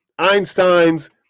Einsteins